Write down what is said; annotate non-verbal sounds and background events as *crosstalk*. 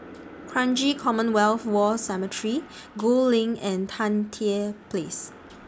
Kranji Commonwealth War Cemetery *noise* Gul LINK and Tan Tye Place